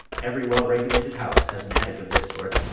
every well-regulated house has an attic of this sort,